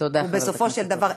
ובסופו של דבר,